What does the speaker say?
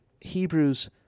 Hebrews